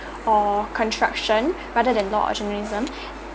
or construction rather than door automatism